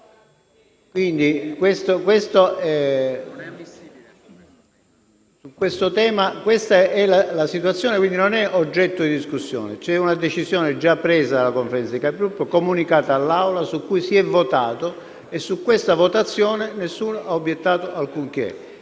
Questa è la situazione e non è oggetto di discussione: c'è una decisione già presa dalla Conferenza dei Capigruppo, comunicata all'Assemblea e su cui si è votato. Su questa votazione nessuno ha obiettato alcunché